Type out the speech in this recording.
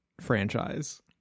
franchise